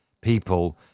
people